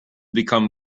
become